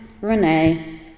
renee